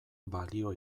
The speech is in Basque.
balio